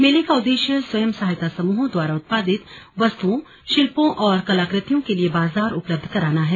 मेले का उद्देश्य स्वयं सहायता समूहों द्वारा उत्पादित वस्तुओं शिल्पों और कलाकृतियों के लिए बाजार उपलब्ध कराना है